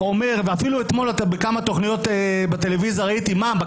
ואפילו אתמול בטלוויזיה ראיתי בכמה תוכניות: